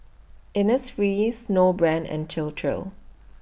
Innisfree Snowbrand and Chir Chir